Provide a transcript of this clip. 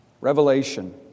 Revelation